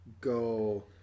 go